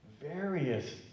various